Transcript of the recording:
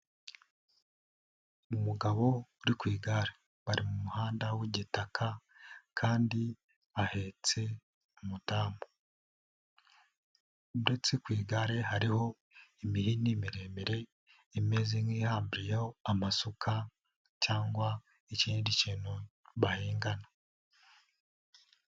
Umugabo uri ku igare, bari mu muhanda w'igitaka kandi ahetse umudamu ndetse ku igare hariho imihini miremire, imeze nk'iyhambiyeho amasuka cyangwa ikindi kintu barengana.